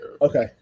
okay